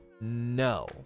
No